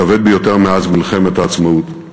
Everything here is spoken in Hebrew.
הכבד ביותר מאז מלחמת העצמאות.